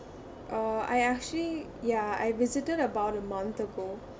uh I actually ya I visited about a month ago